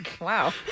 Wow